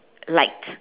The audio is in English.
light